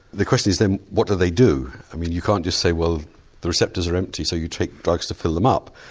the question is then what do they do? i mean you can't just say well the receptors are empty so you take drugs to fill them up.